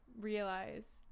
realize